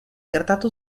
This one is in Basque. gertatu